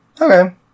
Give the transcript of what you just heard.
Okay